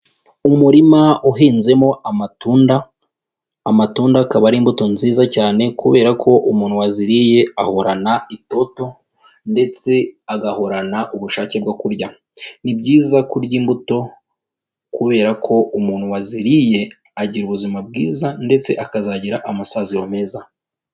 Umurima uhinzemo amatunda, amatunda akaba ari imbuto nziza cyane kubera ko umuntu waziriye ahorana itoto ndetse agahorana ubushake bwo kurya. Ni byiza kurya imbuto kubera ko umuntu waziriye agira ubuzima bwiza ndetse akazagira amasaziro meza.